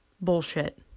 Bullshit